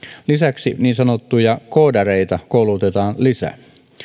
lisäksi niin sanottuja koodareita koulutetaan lisää